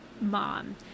mom